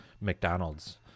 McDonald's